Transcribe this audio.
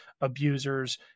abusers